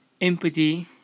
empathy